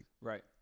Right